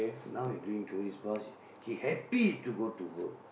now he doing tourist because he happy to go to work